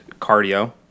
cardio